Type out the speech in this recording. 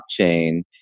blockchain